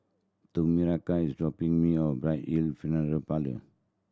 Tomeka is dropping me off at Bright Hill Funeral Parlour